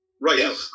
Right